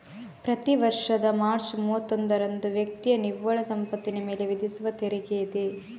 ಪ್ರತಿ ವರ್ಷದ ಮಾರ್ಚ್ ಮೂವತ್ತೊಂದರಂದು ವ್ಯಕ್ತಿಯ ನಿವ್ವಳ ಸಂಪತ್ತಿನ ಮೇಲೆ ವಿಧಿಸುವ ತೆರಿಗೆಯಿದೆ